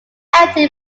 empty